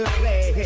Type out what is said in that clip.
play